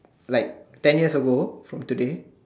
like ten years ago from today